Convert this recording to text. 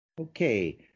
Okay